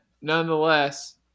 nonetheless